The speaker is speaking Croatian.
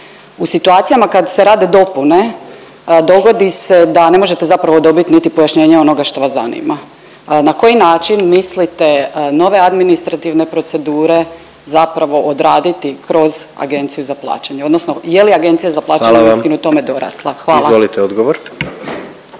U situacijama kad se rade dopune dogodi se da ne možete zapravo dobit niti pojašnjenje onoga što vas zanima. Na koji način mislite nove administrativne procedure zapravo odraditi kroz Agenciju za plaćanje odnosno je li Agencija za plaćanje… …/Upadica predsjednica: Hvala vam./… …uistinu tome